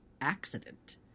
accident